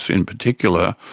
in particular,